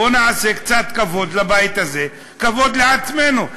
בואו נעשה קצת כבוד לבית הזה, כבוד לעצמנו.